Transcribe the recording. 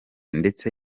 ndetse